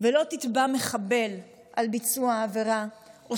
ולא תתבע מחבל על ביצוע העבירה או